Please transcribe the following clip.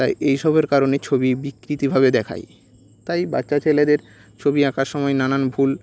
তাই এই সবের কারণে ছবি বিকৃতিভাবে দেখায় তাই বাচ্চা ছেলেদের ছবি আঁকার সময় নানান ভুল